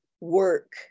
work